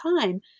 time